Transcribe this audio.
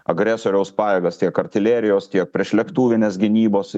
agresoriaus pajėgas tiek artilerijos tiek priešlėktuvinės gynybos